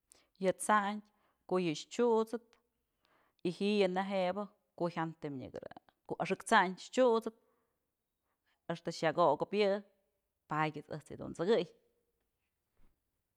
Yë t'sandyë ku'u yë chyusët y ji'i yë neje'e bë ko'o jyantëm ko'o axëk t'sandyë chyut'sëp axta xak okëp yë padyë ëjt's dun t'sëkëy.